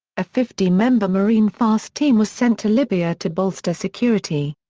a fifty member marine fast team was sent to libya to bolster security.